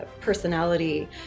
personality